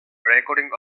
recording